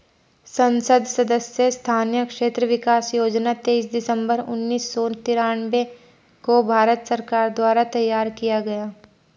संसद सदस्य स्थानीय क्षेत्र विकास योजना तेईस दिसंबर उन्नीस सौ तिरान्बे को भारत सरकार द्वारा तैयार किया गया